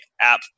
app